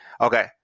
Okay